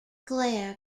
glare